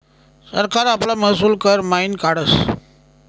सरकार आपला महसूल कर मयीन काढस